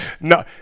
No